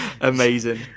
Amazing